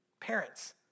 Parents